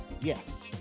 Yes